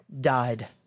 Died